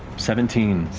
seventeen!